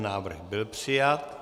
Návrh byl přijat.